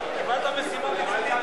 קיבלת משימה,